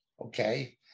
okay